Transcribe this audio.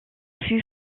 fut